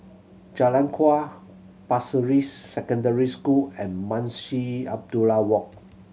Jalan Kuak Pasir Ris Secondary School and Munshi Abdullah Walk